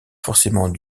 forcément